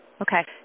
Okay